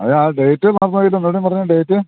അത് ആ ഡേറ്റ് മറന്നുപോയല്ലോ ഒന്നും കൂടെ പറഞ്ഞേ ഡേറ്റ്